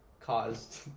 caused